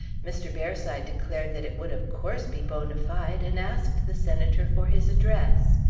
mr. bearside declared that it would of course be bona fide, and asked the senator for his address.